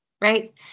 right